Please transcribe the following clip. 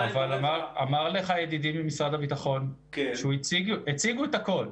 אמר לך ידידי ממשרד הביטחון, הציגו את הכול,